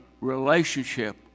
relationship